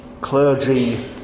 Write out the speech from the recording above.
clergy